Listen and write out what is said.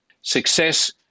Success